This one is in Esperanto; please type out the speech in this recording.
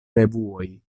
revuoj